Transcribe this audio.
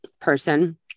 person